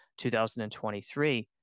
2023